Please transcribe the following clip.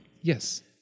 Yes